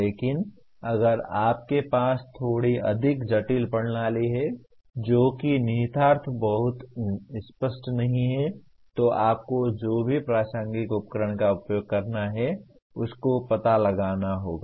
लेकिन अगर आपके पास थोड़ी अधिक जटिल प्रणाली है जो कि निहितार्थ बहुत स्पष्ट नहीं है तो आपको जो भी प्रासंगिक उपकरण का उपयोग करना है उसका पता लगाना होगा